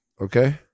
Okay